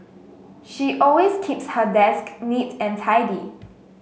she always keeps her desk neat and tidy